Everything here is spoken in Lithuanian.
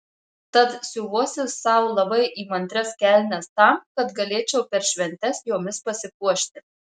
tad siuvuosi sau labai įmantrias kelnes tam kad galėčiau per šventes jomis pasipuošti